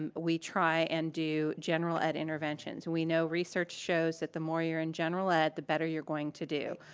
um we try and do general ed interventions. we know research shows that the more you're in general ed the better you're going to do.